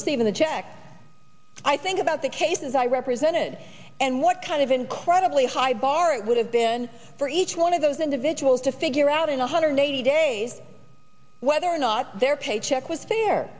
receiving the check i think about the cases i represented and what kind of incredibly high bar it would have been for each one of those individuals to figure out in a hundred eighty days whether or not their paycheck was fair